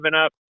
up